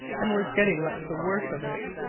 and was getting much the worse of it.